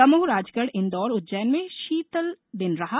दमोह राजगढ़ इंदौर उज्जैन में शीतल दिन रहा